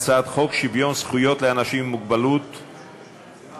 להצעת חוק שוויון זכויות לאנשים עם מוגבלות (תיקון,